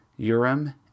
Urim